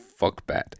fuckbat